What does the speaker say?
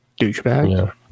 Douchebag